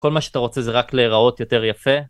כל מה שאתה רוצה זה רק להיראות יותר יפה